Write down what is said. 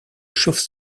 chauve